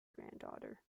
granddaughter